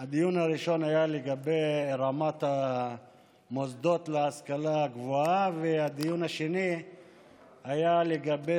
לגבי רמת המוסדות להשכלה הגבוהה והדיון השני היה לגבי